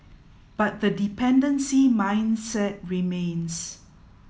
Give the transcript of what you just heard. but the dependency mindset remains